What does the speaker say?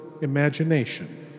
imagination